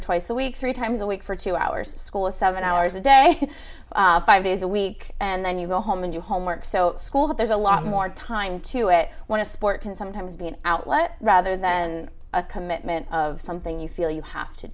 or twice a week three times a week for two hours school seven hours a day five days a week and then you go home and do homework so school that there's a lot more time to it when a sport can sometimes be an outlet rather than a commitment of something you feel you have to